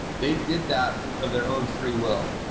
they did that of their own free will.